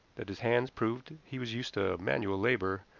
that his hands proved he was used to manual labor,